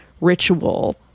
ritual